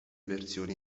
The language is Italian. versioni